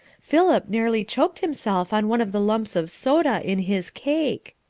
philip nearly choked himself on one of the lumps of soda in his cake.